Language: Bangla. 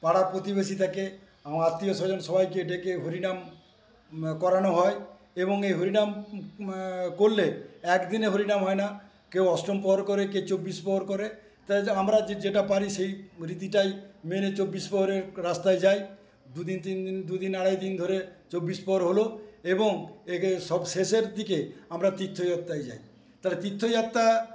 পাড়া প্রতিবেশী থাকে আমার আত্মীয় স্বজন সবাইকে ডেকে হরিনাম করানো হয় এবং এই হরিনাম করলে একদিনে হরিনাম হয় না কেউ অষ্টম প্রহর করে কেউ চব্বিশ প্রহর করে আমরা যেটা পারি সেই রীতিটাই মেনে চব্বিশ প্রহরের রাস্তায় যাই দু দিন তিন দিন দু দিন আড়াই দিন ধরে চব্বিশ প্রহর হলো এবং এই সব শেষের দিকে আমরা তীর্থ যাত্রায় যাই তীর্থ যাত্রা